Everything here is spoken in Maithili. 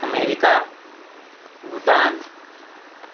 अमेरिका भूटान